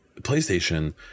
playstation